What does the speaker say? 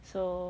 so